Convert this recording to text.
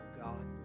God